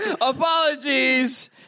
Apologies